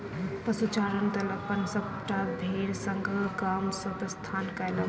पशुचारणक दल अपन सभटा भेड़ संग गाम सॅ प्रस्थान कएलक